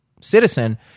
citizen